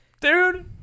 Dude